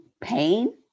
pain